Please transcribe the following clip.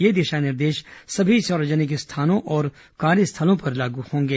ये दिशा निर्देश सभी सार्वजनिक स्थलों और कार्यस्थलों पर लागू होंगे